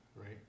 right